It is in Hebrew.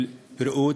של בריאות,